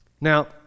Now